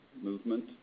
movement